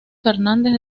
fernández